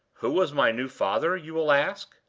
who was my new father? you will ask.